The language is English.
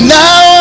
now